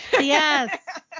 Yes